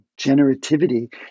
generativity